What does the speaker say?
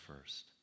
first